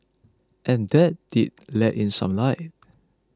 and that did let in some light